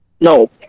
No